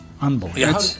Unbelievable